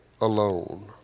alone